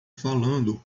falando